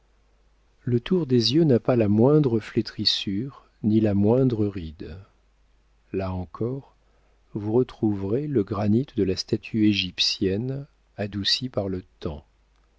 le tour des yeux n'a pas la moindre flétrissure ni la moindre ride là encore vous retrouverez le granit de la statue égyptienne adouci par le temps